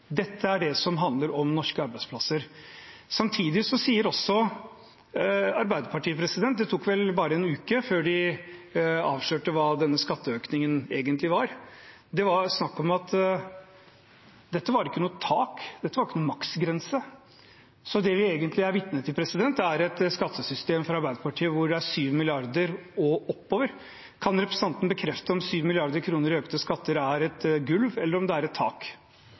Dette er det som handler om norske arbeidsplasser. Samtidig sier også Arbeiderpartiet – det tok vel bare en uke før de avslørte hva denne skatteøkningen egentlig var – at det var snakk om at dette ikke var noe tak, at dette ikke var noen maksgrense. Så det vi egentlig er vitne til, er et skattesystem fra Arbeiderpartiet hvor det er 7 mrd. kr og oppover. Kan representanten bekrefte om 7 mrd. kr i økte skatter er et gulv, eller om det er et tak?